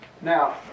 Now